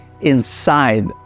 inside